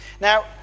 now